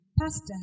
Pastor